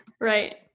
Right